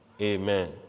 Amen